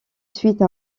suite